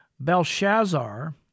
Belshazzar